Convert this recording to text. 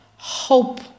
Hope